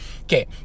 Okay